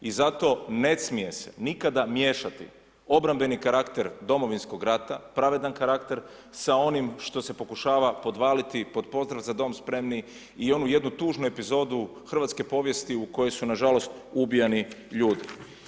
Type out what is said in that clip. I zato ne smije se nikada miješati obrambeni karakter Domovinskog rata, pravedan karakter sa onim što se pokušava podvaliti pod pozdrav „Za dom spremni“ i onu jednu tužnu epizodu hrvatske povijesti u kojoj su nažalost, ubijani ljudi.